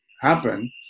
happen